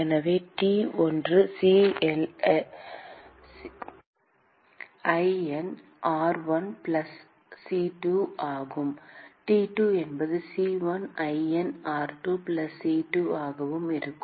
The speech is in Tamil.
எனவே t ஒன்று C1ln r1 பிளஸ் C2 ஆகவும் T2 என்பது C1 ln r2 plus C2 ஆகவும் இருக்கும்